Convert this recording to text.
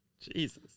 Jesus